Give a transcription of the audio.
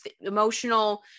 emotional